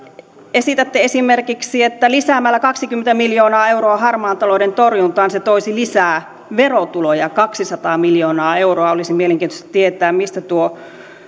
esitätte esimerkiksi että lisäämällä kaksikymmentä miljoonaa euroa harmaan talouden torjuntaan se toisi lisää verotuloja kaksisataa miljoonaa euroa olisi mielenkiintoista tietää mistä tuo